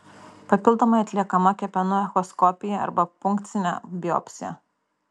papildomai atliekama kepenų echoskopija arba punkcinė biopsija